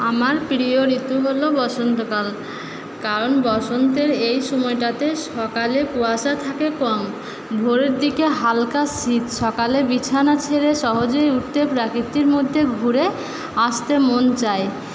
আমার প্রিয় ঋতু হল বসন্তকাল কারণ বসন্তের এই সময়টাতে সকালে কুয়াশা থাকে কম ভোরের দিকে হালকা শীত সকালে বিছানা ছেড়ে সহজে উঠতে প্রাকৃতির মধ্যে ঘুরে আসতে মন চায়